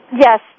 Yes